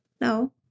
no